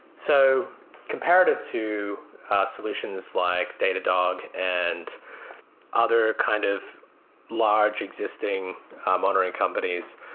so comparative to solutions like datadog and other kind of large existing monitoring companies,